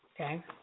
Okay